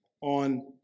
on